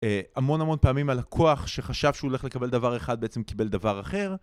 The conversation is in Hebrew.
אה המון המון פעמים הלקוח שחשב שהוא הולך לקבל דבר אחד בעצם קיבל דבר אחר